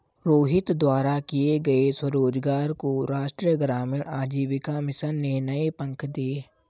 रोहित द्वारा किए गए स्वरोजगार को राष्ट्रीय ग्रामीण आजीविका मिशन ने नए पंख दिए